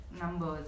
numbers